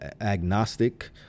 agnostic